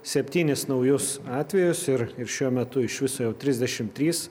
septynis naujus atvejus ir ir šiuo metu iš viso jau trisdešim trys